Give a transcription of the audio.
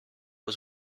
was